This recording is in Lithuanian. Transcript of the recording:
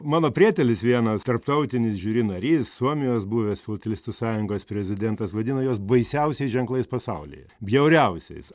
mano prietelis vienas tarptautinis žiuri narys suomijos buvęs filatelistų sąjungos prezidentas vadina juos baisiausiais ženklais pasaulyje bjauriausiais